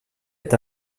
est